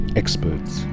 experts